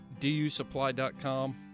dusupply.com